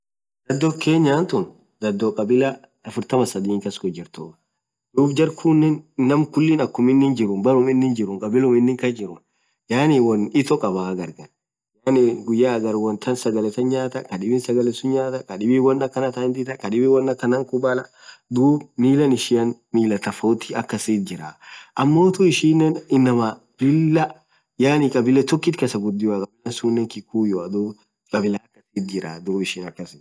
dhadho Kenya tuun dhadho qabilaaa afurthamaa sadhiii kasqubethuu dhub jarkunen namkulin akhum inin jiru qabilaaa inikasjirun yaani won ithoo qhabaaa gargar guyaa Hagar wonthan sagale suun nyatha kadhibin won akhanathaa hindidha qadhibin won akhanathaa hinkhubalah dhub Mila ishia Mila tofautia akasthi jirah amothuu ishinen inamaaa Lilah khabila tokkit qasaa gudioa qabila sunen kikuyuwa dhub qabila aksajira dhub ishinen akasiii